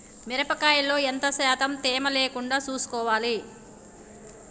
మిరప కాయల్లో ఎంత శాతం తేమ లేకుండా చూసుకోవాలి?